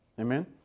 Amen